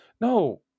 No